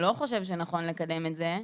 לא חושב שנכון לקדם את זה,